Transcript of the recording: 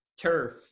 turf